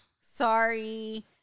sorry